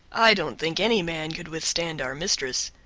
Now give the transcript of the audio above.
i don't think any man could withstand our mistress.